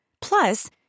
Plus